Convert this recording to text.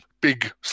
big